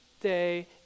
day